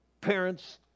Parents